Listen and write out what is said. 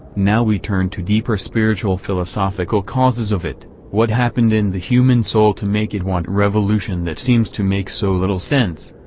now we turn to deeper spiritual-philosophical causes of it what happened in the human soul to make it want revolution that seems to make so little sense,